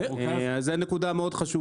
זו נקודה מאוד חשובה.